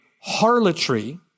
harlotry